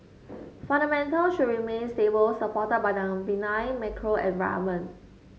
fundamental should remain stable supported by the benign macro environment